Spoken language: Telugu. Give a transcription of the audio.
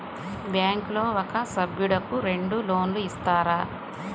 బ్యాంకులో ఒక సభ్యుడకు రెండు లోన్లు ఇస్తారా?